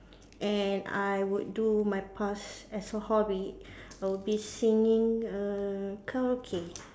and I would do my past as a hobby I'll be singing err karaoke